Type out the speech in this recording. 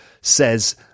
says